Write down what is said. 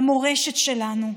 למורשת שלנו.